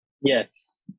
yes